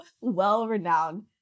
well-renowned